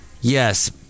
Yes